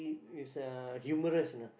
i~ is uh humorous ah